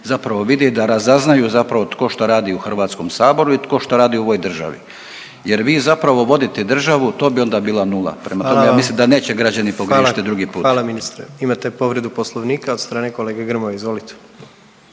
zapravo vide i da razaznaju zapravo tko što radi u HS i tko što radi u ovoj državi jer da vi zapravo vodite državu to bi onda bila nula, prema tome ja mislim da neće građani pogriješiti drugi put. **Jandroković, Gordan (HDZ)** Hvala, hvala ministre. Imate povredu Poslovnika od strane kolege Grmoje izvolite.